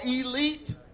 elite